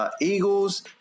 Eagles